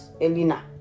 Elena